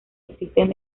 existen